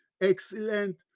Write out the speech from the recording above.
excellent